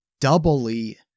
doubly